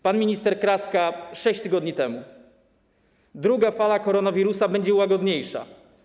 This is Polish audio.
Pan minister Kraska 6 tygodni temu: Druga fala koronawirusa będzie łagodniejsza.